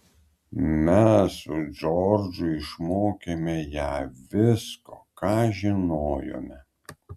mes su džordžu išmokėme ją visko ką žinojome